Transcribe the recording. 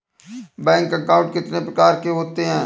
Bank account कितने प्रकार के होते हैं?